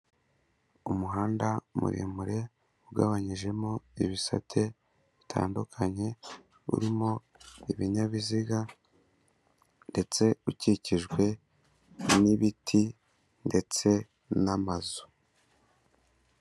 Umuhanda muremure ugabanyijemo ibisate bitandukanye, urimo ibinyabiziga ndetse ukikijwe n'ibiti ndetse n'amazu.